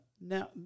Now